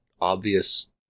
obvious